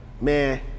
man